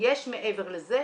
וכשיש מעבר לזה,